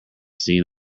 seen